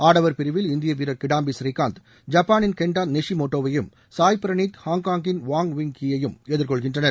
ஆடவர் பிரிவில் இந்திய வீரர் கிடாம்பி ஸ்ரீகாந்த் ஜப்பானின் கென்டா நிஷிமோட்டோவையும் சாய் பிரினீத் ஹாங்காங்கின் வாங் விங் கீ யையும் எதிர்கொள்கின்றனர்